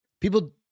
People